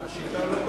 אדוני מדבר